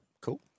Cool